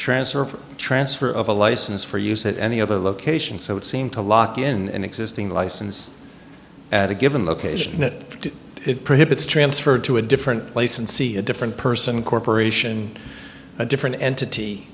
transfer from transfer of a license for use at any other location so it seemed to lock in existing license at a given location that it prohibits transfer to a different place and see a different person corporation a different entity